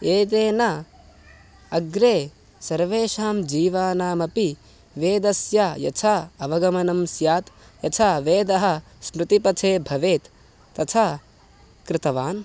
एतेन अग्रे सर्वेषां जीवानामपि वेदस्य यथा अवगमनं स्यात् यथा वेदः स्मृतिपथे भवेत् तथा कृतवान्